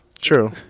True